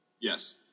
Yes